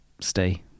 stay